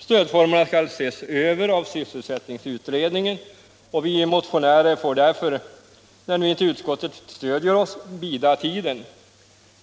Stödformerna skall ses över av sysselsättningsutredningen, och vi motionärer får därför, när nu inte utskottet stöder oss, bida tiden.